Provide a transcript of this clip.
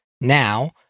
Now